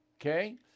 okay